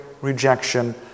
rejection